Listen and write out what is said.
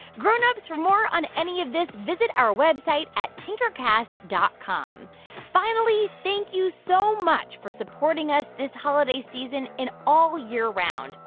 grown-ups, for more on any of this, visit our website at tinkercast dot com finally, thank you so much for supporting us this holiday season and all year-round.